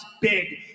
big